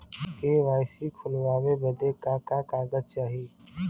KYC खोलवावे बदे का का कागज चाही?